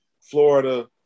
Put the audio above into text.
Florida